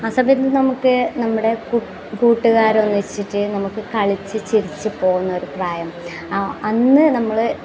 ആ സമയത്ത് നമുക്ക് നമ്മുടെ കൂട്ടുകാരൊന്നിച്ചിട്ട് നമുക്ക് കളിച്ച് ചിരിച്ച് പോകുന്ന ഒരു പ്രായം അ അന്ന് നമ്മൾ